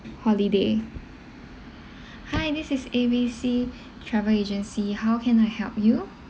holiday hi this is A B C travel agency how can I help you